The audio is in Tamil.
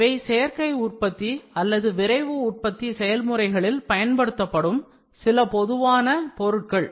இவை சேர்க்கை உற்பத்தி அல்லது விரைவுஉற்பத்தி செயல்முறைகளில் பயன்படுத்தப்படும் சில பொதுவான பொருட்கள்